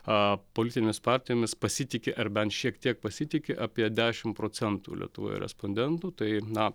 a politinėmis partijomis pasitiki ar bent šiek tiek pasitiki apie dešimt procentų lietuvoje respondentų tai na